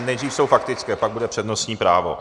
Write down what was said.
Nejdřív jsou faktické, pak bude přednostní právo.